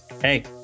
Hey